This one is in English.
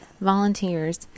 volunteers